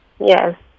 yes